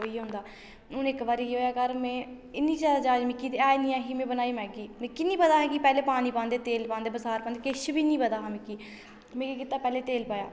ओह् ई होंदा हून इक बारी केह् होएआ घर में इन्नी ज्यादा जाच मिकी ते ऐ नी ऐ ही में बनाई मैगी मिकी नी पता ही के पैह्लें तेल पांदे पानी पांदे बसार पांदे किश बी पता नी हा मिकी में केह् कीता पैह्ले तेल पाया